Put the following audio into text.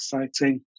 exciting